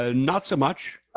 ah not so much.